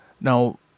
now